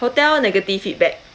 hotel negative feedback